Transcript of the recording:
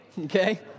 okay